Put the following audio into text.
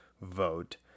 vote